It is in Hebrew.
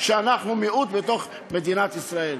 שאנחנו מיעוט בתוך מדינת ישראל.